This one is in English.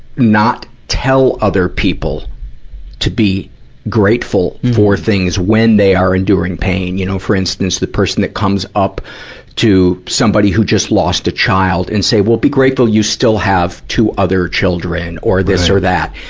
not tell other people to be grateful for things when they are enduring pains. you know, for instance, the person that comes up to somebody who just lost a child and say, well, be grateful you still have two other children. or this or that.